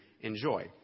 enjoy